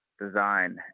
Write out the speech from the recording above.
design